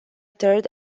third